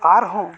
ᱟᱨᱦᱚᱸ